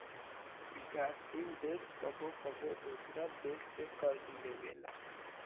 विकासशील देश कबो कबो दोसरा देश से कर्ज लेबेला